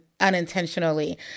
unintentionally